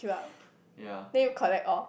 yeah